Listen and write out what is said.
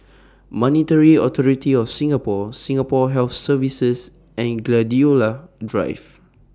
Monetary Authority of Singapore Singapore Health Services and Gladiola Drive